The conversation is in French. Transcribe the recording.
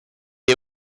est